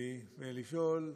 לפני שאגיד את מה שכתבתי, ולשאול: